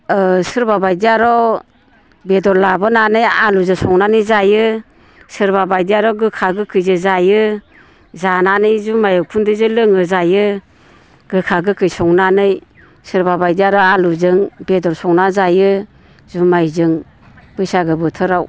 सोरबाबायदिया आरो बेदर लाबोनानै आलुजो संनानै जायो सोरबाबायदिया आरो गोखा गोखैजों जायो जानानै जुमाइ उखुन्दैजों लोङो जायो गोखा गोखै संनानै सोरबाबायदिया आरो आलुजों बेदर संना जायो जुमाइजों बैसागो बोथोराव